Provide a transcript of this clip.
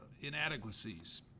inadequacies